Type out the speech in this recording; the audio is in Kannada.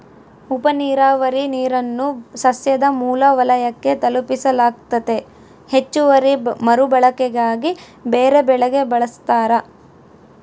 ಉಪನೀರಾವರಿ ನೀರನ್ನು ಸಸ್ಯದ ಮೂಲ ವಲಯಕ್ಕೆ ತಲುಪಿಸಲಾಗ್ತತೆ ಹೆಚ್ಚುವರಿ ಮರುಬಳಕೆಗಾಗಿ ಬೇರೆಬೆಳೆಗೆ ಬಳಸ್ತಾರ